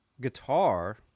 guitar